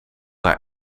haar